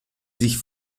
sich